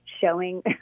showing